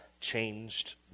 changed